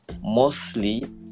mostly